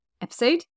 episode